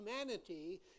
humanity